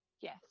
yes